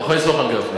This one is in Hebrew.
אתה יכול לסמוך על גפני,